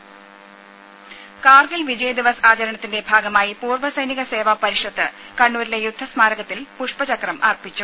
രേര കാർഗിൽ വിജയ് ദിവസ് ആചരണത്തിന്റെ ഭാഗമായി പൂർവ്വ സൈനിക സേവ പരിഷത് കണ്ണൂരിലെ യുദ്ധസ്മാരകത്തിൽ പുഷ്പചക്രം അർപ്പിച്ചു